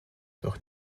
doch